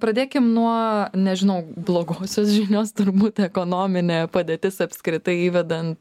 pradėkim nuo nežinau blogosios žinios turbūt ekonominė padėtis apskritai įvedant